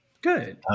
Good